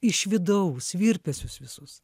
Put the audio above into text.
iš vidaus virpesius visus